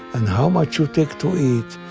and how much you take to eat,